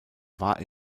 war